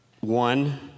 one